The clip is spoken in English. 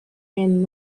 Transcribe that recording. and